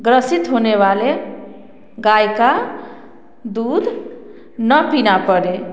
ग्रसित होने वाले गाय का दूध न पीना पड़े